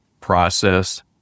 process